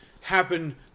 happen